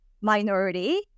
minority